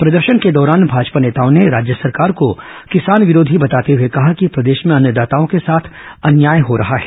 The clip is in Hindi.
प्रदर्शन के दौरान भाजपा नेताओं ने राज्य सरकार को किसान विरोधी बताते हए कहा कि प्रदेश में अन्नदाताओं के साथ अन्याय हो रहा है